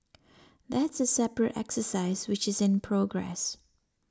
that's a separate exercise which is in progress